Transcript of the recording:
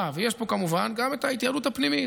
ויש פה כמובן גם את ההתייעלות הפנימית,